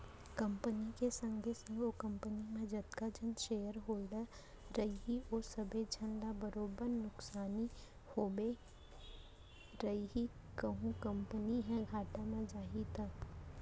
company के संगे संग ओ कंपनी म जतका झन सेयर होल्डर रइही ओ सबे झन ल बरोबर नुकसानी होबे करही कहूं कंपनी ह घाटा म जाही त